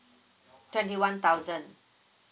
twenty one thousand